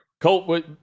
Colt